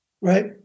right